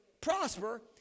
prosper